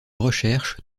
recherche